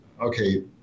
okay